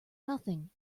nothing